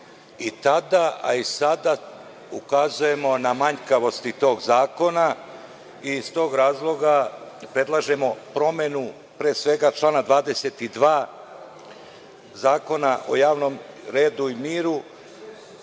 i tada, a i sada ukazujemo na manjkavosti tog zakona i iz tog razloga predlažemo promenu, pre svega, člana 22. Zakona o javnom redu i miru.